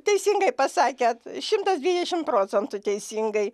teisingai pasakėt šimtas dvidešim procentų teisingai